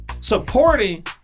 supporting